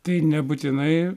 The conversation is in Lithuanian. tai nebūtinai